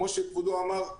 כמו שכבודו אמר,